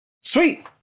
sweet